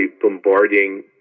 bombarding